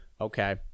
okay